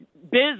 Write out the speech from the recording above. Biz